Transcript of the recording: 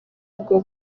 ubwo